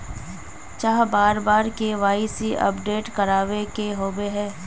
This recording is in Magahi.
चाँह बार बार के.वाई.सी अपडेट करावे के होबे है?